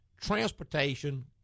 transportation